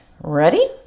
Ready